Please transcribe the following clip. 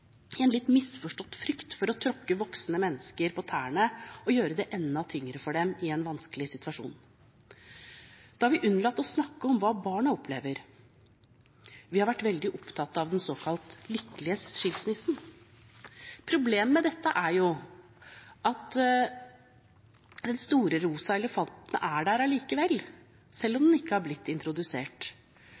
en litt misforstått frykt for å tråkke voksne mennesker på tærne og gjøre det enda tyngre for dem i en vanskelig situasjon, og da har vi unnlatt å snakke om hva barna opplever. Vi har vært veldig opptatt av den såkalte lykkelige skilsmissen. Problemet med dette er jo at den store rosa elefanten er der likevel, selv om den ikke har blitt introdusert.